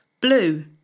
Blue